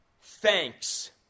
thanks